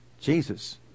Jesus